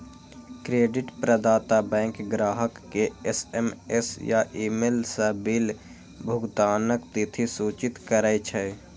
credit प्रदाता bank ग्राहक कें एस.एम.एस या ईमेल सं बिल भुगतानक तिथि सूचित करै छै